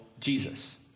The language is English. jesus